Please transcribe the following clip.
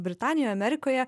britanijoje amerikoje